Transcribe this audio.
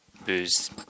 Booze